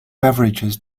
beverages